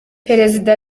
perezida